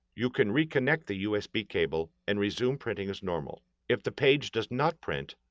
you can reconnect the usb cable and resume printing as normal. if the page does not print,